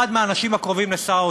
אחד מהאנשים הקרובים לשר האוצר.